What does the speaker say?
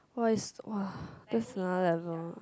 !wah! it's !wah! that's another level